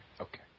Okay